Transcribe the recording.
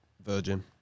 Virgin